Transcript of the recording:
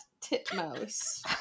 Titmouse